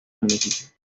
municipio